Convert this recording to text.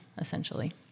essentially